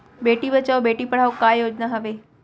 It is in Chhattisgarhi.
बेटी बचाओ बेटी पढ़ाओ का योजना हवे?